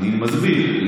אני מסביר.